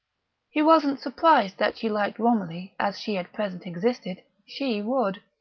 he wasn't surprised that she liked romilly as she at present existed she would.